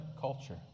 culture